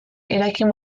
eraikin